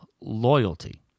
loyalty